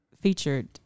featured